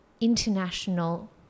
international